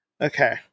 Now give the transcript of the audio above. okay